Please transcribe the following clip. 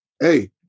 hey